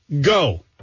go